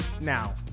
Now